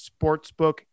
sportsbook